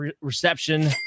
reception